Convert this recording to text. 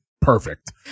perfect